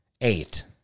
Eight